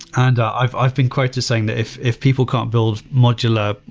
and i've i've been quote to saying that if if people can build modular,